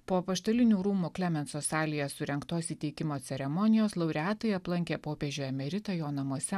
po apaštalinių rūmų klemenso salėje surengtos įteikimo ceremonijos laureatai aplankė popiežių emeritą jo namuose